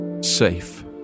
safe